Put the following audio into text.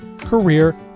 career